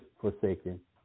forsaken